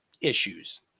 issues